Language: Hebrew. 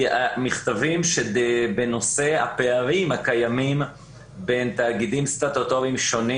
מכתבים שבנושא הפערים הקיימים בין תאגידים סטטוטוריים שונים